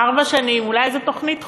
ארבע שנים, אולי איזו תוכנית חומש,